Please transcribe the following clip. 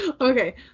Okay